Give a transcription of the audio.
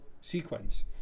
sequence